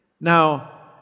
Now